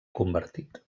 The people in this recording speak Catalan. convertit